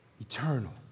eternal